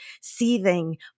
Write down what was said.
seething